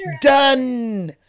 done